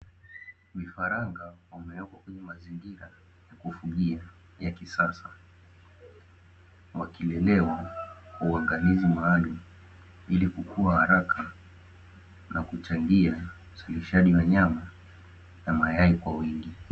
Vifaranga wamewekwa kwenye mazingira ya kufugia ya kisasa, wakilelewa kwa uangalizi maalumu ili kukua haraka, na kuchangia uzalishaji wa nyama na mayai kwa wingi.